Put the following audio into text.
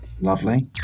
Lovely